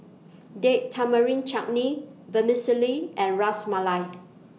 Date Tamarind Chutney Vermicelli and Ras Malai